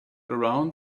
around